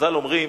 חז"ל אומרים